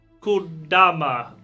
Kudama